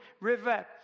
River